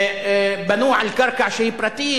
בנו על קרקע שהיא פרטית,